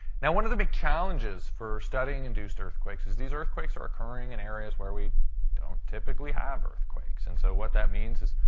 now, one of the big challenges for studying induced earthquakes is these earthquakes are occurring in areas where we don't typically have earthquakes. and so what that means is,